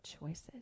choices